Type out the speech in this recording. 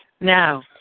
Now